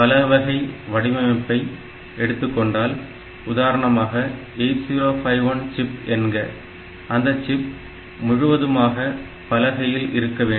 பலகை வடிவமைப்பை எடுத்துக்கொண்டால் உதாரணமாக 8051 சிப் என்க அந்த சிப் முழுவதுமாக பலகையில் இருக்க வேண்டும்